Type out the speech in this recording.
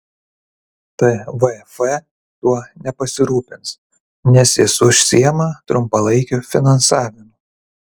tvf tuo nepasirūpins nes jis užsiima trumpalaikiu finansavimu